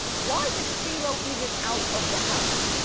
why is so ceelo even out of the house?